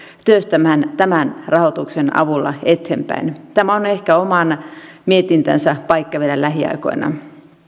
työstämään tämän rahoituksen avulla eteenpäin tämä on ehkä oman mietintänsä paikka vielä lähiaikoina